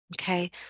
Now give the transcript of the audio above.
Okay